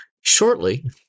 shortly